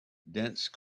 dense